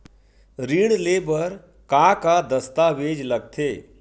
ऋण ले बर का का दस्तावेज लगथे?